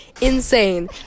insane